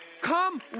Come